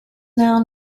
now